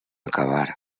acabar